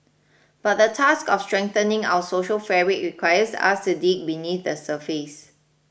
but the task of strengthening our social fabric requires us to dig beneath the surface